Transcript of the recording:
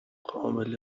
قابل